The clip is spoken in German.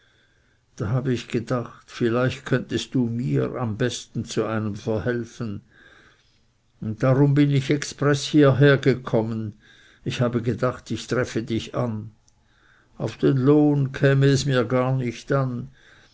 da habe ich gedacht vielleicht könntest du mir am besten zu einem verhelfen und darum bin ich expreß hiehergekommen ich habe gedacht ich treffe dich an auf den lohn käme es mir gar nicht an